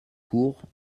cours